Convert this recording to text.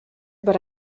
but